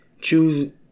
choose